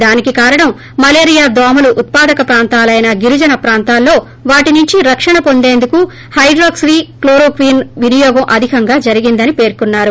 దానికి కారణం మలేరియా దోమలు ఉత్పాదక ప్రాంతాలైన గిరిజన ప్రాంతాల్లో వాటి నుంచి రక్షణ పొందేందుకు హైడ్రాక్పి క్లోరో క్వీన్ వినియోగం అధికంగా జరిగిందని పేర్కొన్నారు